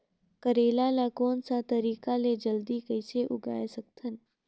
करेला ला कोन सा तरीका ले जल्दी कइसे उगाय सकथन?